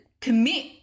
commit